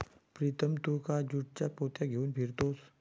प्रीतम तू का ज्यूटच्या पोत्या घेऊन फिरतोयस